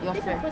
your friends